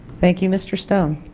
thank you mr. stone.